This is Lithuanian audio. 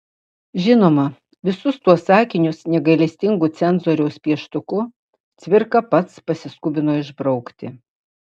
žinoma visus tuos sakinius negailestingu cenzoriaus pieštuku cvirka pats pasiskubino išbraukti